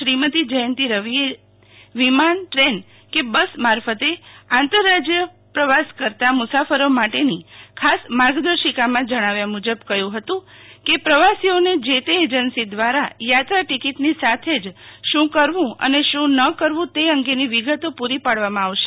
શ્રીમતી જયંતી રવીએ વિમાન દ્રેન કે બસ દ્વારા આંતર રાજ્ય પ્રવાસ કરતા મુસાફરો માટેની ખાસ માર્ગદર્શિકામાં જણાવ્યા મુજબ કહ્યું હતું કે પ્રવાસીઓ ને જે તે એજન્સી દ્વારા યાત્રા ટીકીટની સાથે જ શું કરવું અને શું ન કરવું તે અંગેની વિગતો પૂરી પાડવામાં આવશે